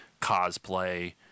cosplay